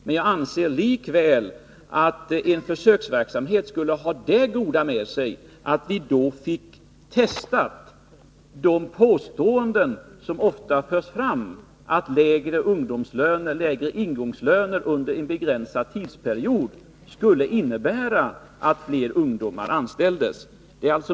Men jag anser likväl att en försöksverksamhet skulle ha det goda med sig att vi då får de påståenden testade som ofta förs fram om att lägre ingångslöner under en begränsad tidsperiod skulle innebära att fler ungdomar anställdes.